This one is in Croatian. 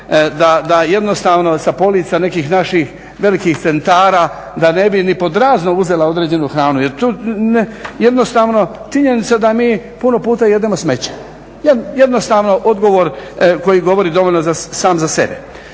da jednostavno sa polica nekih naših velikih centara da ne bi ni pod razno uzela određenu hranu. Jer tu jednostavno činjenica da mi puno puta jedemo smeće. Jednostavno odgovor koji govori dovoljno sam za sebe.